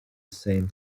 same